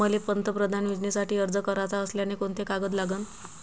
मले पंतप्रधान योजनेसाठी अर्ज कराचा असल्याने कोंते कागद लागन?